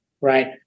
right